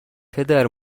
پدر